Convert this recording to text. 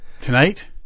Tonight